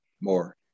more